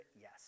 yes